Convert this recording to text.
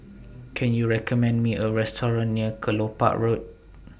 Can YOU recommend Me A Restaurant near Kelopak Road